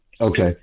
okay